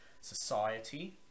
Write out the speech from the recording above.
society